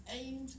aimed